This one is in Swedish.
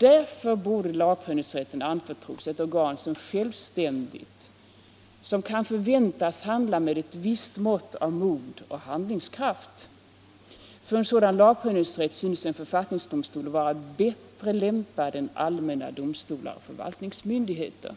Därför borde lagprövningsrätten anförtros ett organ som är självständigt och som kan förväntas handla med ett visst mått av mod och handlingskraft. För en sådan lagprövningsrätt synes en författningsdomstol vara bättre lämpad än allmänna domstolar och förvaltningsmyndigheter.